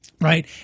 Right